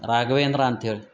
ರಾಘವೇಂದ್ರ ಅಂತ ಹೇಳಿ